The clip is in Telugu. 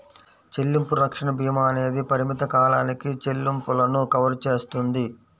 చెల్లింపు రక్షణ భీమా అనేది పరిమిత కాలానికి చెల్లింపులను కవర్ చేస్తుంది